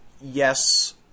yes